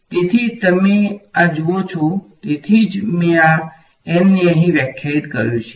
તેથી તમે આ જુઓ છો તેથી જ મેં આ n ને અહીં વ્યાખ્યાયિત કર્યું છે